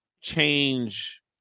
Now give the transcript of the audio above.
change